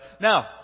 now